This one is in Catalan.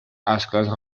ascles